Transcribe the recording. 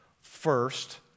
First